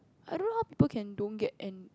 I don't know how people can don't get an